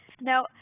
Now